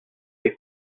des